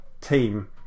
team